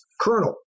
colonel